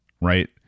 right